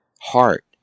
heart